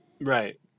Right